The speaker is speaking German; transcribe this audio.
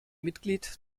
mitglied